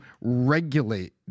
regulate